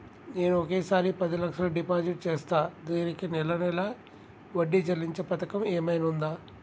నేను ఒకేసారి పది లక్షలు డిపాజిట్ చేస్తా దీనికి నెల నెల వడ్డీ చెల్లించే పథకం ఏమైనుందా?